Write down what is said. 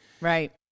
Right